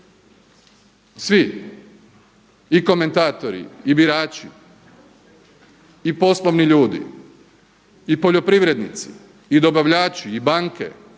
svi i komentatori i birači i poslovni ljudi i poljoprivrednici i dobavljači i banke